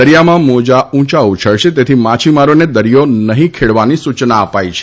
દરિયામાં મોજા ઊંચા ઉછળશે તેથી માછીમારોને દરિયો નહીં ખેડવાની સૂયના અપાઈ છે